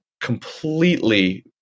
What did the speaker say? completely